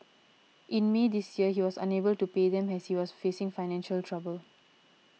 in May this year he was unable to pay them as he was facing financial trouble